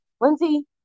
Lindsay